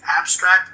abstract